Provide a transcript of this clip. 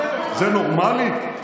זה נורמלי?